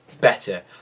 better